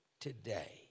today